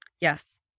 Yes